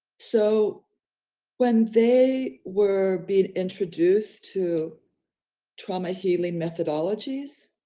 so when they were being introduced to trauma healing methodologies,